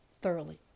thoroughly